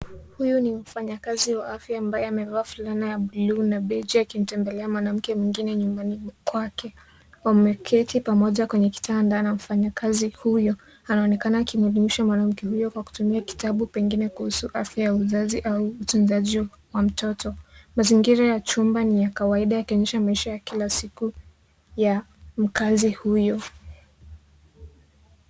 Huyu ni mfanyakazi wa afya ambaye amevaa fulana ya bluu na beji akimtembelea mwanamke mwingine nyumbani kwake. Wameketi pamoja kwenye kitanda na mfanyikazi huyo anaonekana akimuelimisha mwanamke huyo kwa kutumia kitabu, pengine kuhusu afya ya uzazi au utunzaji wa mtoto. Mazingira ya chumba ni ya kawaida yakionyesha maisha ya kila siku ya mkaazi huyo.